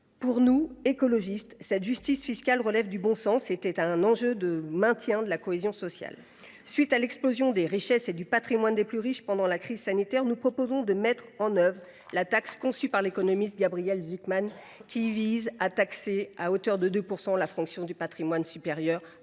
Pour nous, écologistes, la justice fiscale relève du bon sens ; elle est un enjeu de maintien de la cohésion sociale. Compte tenu de l’explosion des richesses et du patrimoine des plus riches pendant la crise sanitaire, nous proposons de mettre en œuvre la taxe conçue par l’économiste Gabriel Zucman, visant à taxer à hauteur de 2 % la fraction du patrimoine supérieur